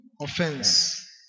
offense